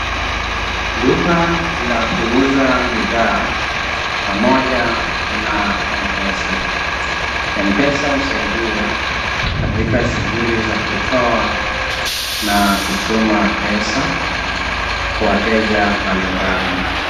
Duka la kuuza bidhaa pamoja na Mpesa, Mpesa husaidia katika shughuli za kutoa na kutuma pesa kwa wateja mbalimbali.